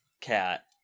cat